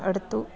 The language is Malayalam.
എടുത്തു